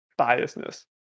biasness